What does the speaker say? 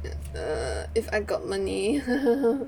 if err if I got money